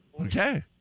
Okay